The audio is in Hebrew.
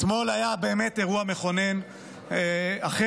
אתמול היה באמת אירוע מכונן אחר.